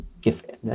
give